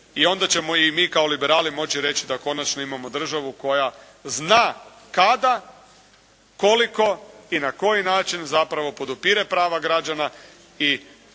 i onda ćemo i mi kao liberali moći reći da konačno imamo državu koja zna kada, koliko i na koji način zapravo podupire prava građana i